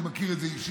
אני מכיר את זה אישית,